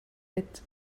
bit